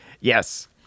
Yes